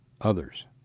others